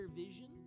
vision